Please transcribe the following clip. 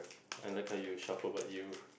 I like how you shuffle but you